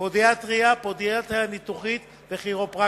פודיאטריה, פודיאטריה ניתוחית וכירופרקטיקה.